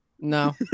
No